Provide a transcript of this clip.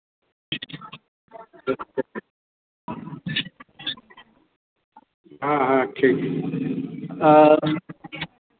हाँ हाँ ठीक आ